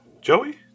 Joey